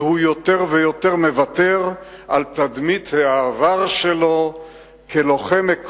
והוא יותר ויותר מוותר על תדמית העבר שלו כלוחם על עקרונות,